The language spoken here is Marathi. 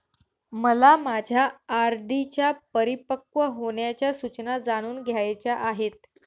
मला माझ्या आर.डी च्या परिपक्व होण्याच्या सूचना जाणून घ्यायच्या आहेत